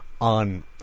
on